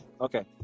okay